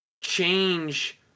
change